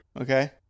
Okay